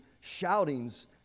shoutings